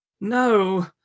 No